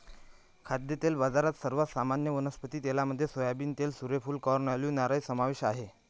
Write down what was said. खाद्यतेल बाजारात, सर्वात सामान्य वनस्पती तेलांमध्ये सोयाबीन तेल, सूर्यफूल, कॉर्न, ऑलिव्ह, नारळ समावेश आहे